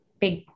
big